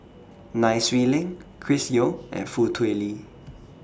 Nai Swee Leng Chris Yeo and Foo Tui Liew